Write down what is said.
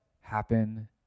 happen